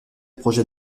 projets